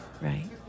right